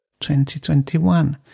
2021